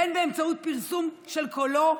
בין באמצעות פרסום של קולו,